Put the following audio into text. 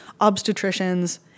obstetricians